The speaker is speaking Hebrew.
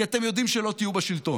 כי אתם יודעים שלא תהיו בשלטון,